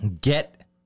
get